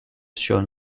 shown